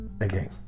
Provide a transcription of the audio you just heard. again